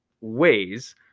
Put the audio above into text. ways